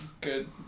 good